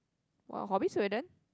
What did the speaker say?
!wow! hobbies we are done